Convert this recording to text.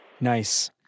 Nice